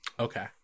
Okay